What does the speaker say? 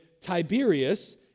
Tiberius